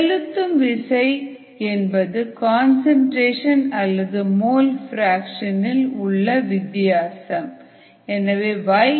செலுத்தும் விசை என்பது கன்சன்ட்ரேஷன் அல்லது மோல் பிராக்சன் இல் உள்ள வித்தியாசம் yAG yAi